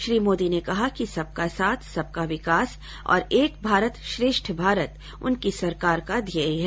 श्री मोदी ने कहा कि सबका साथ सबका विकास और एक भारत श्रेष्ठ भारत उनकी सरकार का ध्येय है